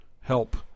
help